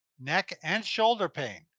neck and shoulder pain?